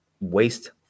waste